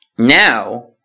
Now